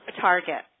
target